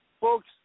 folks